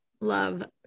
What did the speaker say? love